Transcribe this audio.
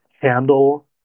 handle